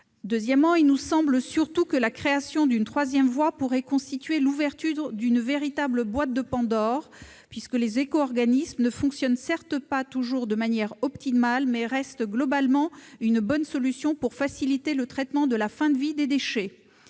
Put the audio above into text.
Deuxièmement, il nous semble que la création d'une troisième voie reviendrait à ouvrir la boîte de Pandore, puisque les éco-organismes ne fonctionnent certes pas toujours de manière optimale, mais restent globalement une bonne solution pour faciliter le traitement de la fin de vie des déchets.